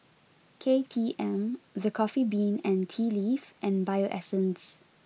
K T M The Coffee Bean and Tea Leaf and Bio Essence